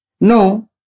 No